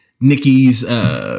Nikki's